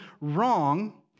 wrong